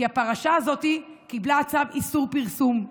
כי הפרשה הזאת קיבלה צו איסור פרסום.